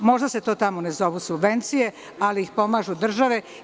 Možda se to tamo ne zovu subvencije, ali pomažu ih države.